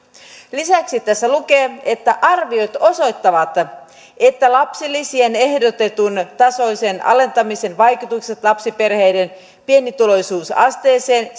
lisäksi tässä lukee että arviot osoittavat että lapsilisien ehdotetun tasoisen alentamisen vaikutukset lapsiperheiden pienituloisuusasteeseen